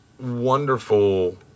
wonderful